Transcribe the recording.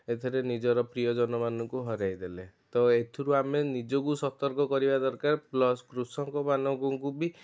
ଏଥିରେ ନିଜର ପ୍ରିୟଜନ ମାନଙ୍କୁ ହରେଇଦେଲେ ତ ଏଥିରୁ ଆମେ ନିଜକୁ ସତର୍କ କରାଇବା ଦରକାର ପ୍ଲସ୍ କୃଷକମାନଙ୍କୁ ବି